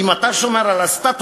אם אתה שומר על הסטטוס-קוו,